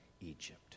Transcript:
Egypt